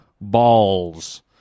balls